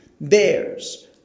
bears